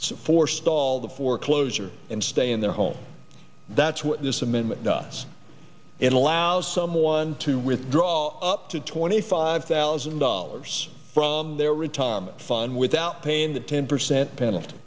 can forestall the foreclosure and stay in their home that's what this amendment does and allow someone to withdraw up to twenty five thousand dollars from their retirement fund without paying the ten percent penalty